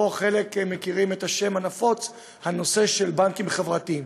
או חלק מכירים את השם הנפוץ: בנקים חברתיים.